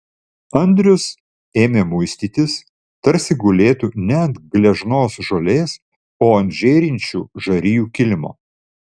andrius ėmė muistytis tarsi gulėtų ne ant gležnos žolės o ant žėrinčių žarijų kilimo